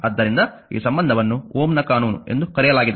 ಆದ್ದರಿಂದ ಈ ಸಂಬಂಧವನ್ನು Ω ನ ಕಾನೂನು ಎಂದು ಕರೆಯಲಾಗಿದೆ